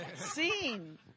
scene